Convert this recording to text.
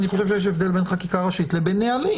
הבדל בין חקיקה ראשית לבין נהלים.